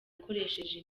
akoresheje